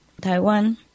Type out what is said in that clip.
Taiwan